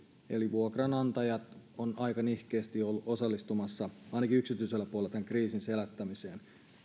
vuokranantajat ovat aika nihkeästi olleet osallistumassa ainakin yksityisellä puolella tämän kriisin selättämiseen